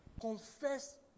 confess